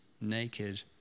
naked